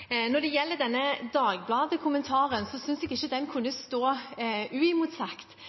Når det gjelder denne Dagbladet-kommentaren, synes jeg ikke den kunne stå uimotsagt.